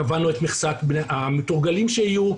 קבענו את מכסת המתורגלים שיהיו,